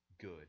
good